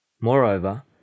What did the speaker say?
Moreover